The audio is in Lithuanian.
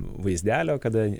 vaizdelio kada